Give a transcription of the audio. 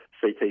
CT